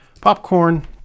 Popcorn